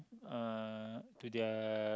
uh to their